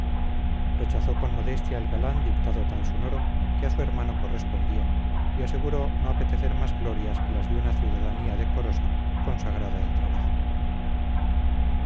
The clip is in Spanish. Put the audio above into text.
rechazó con modestia el galán dictado tan sonoro que a su hermano correspondía y aseguró no apetecer más glorias que las de una ciudadanía decorosa consagrada al trabajo